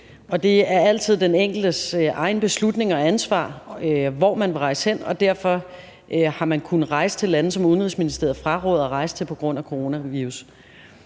det er altid den enkeltes egen beslutning og ansvar, hvor man vil rejse hen, og derfor har man kunnet rejse til lande, som Udenrigsministeriet fraråder at rejse til på grund af coronavirus,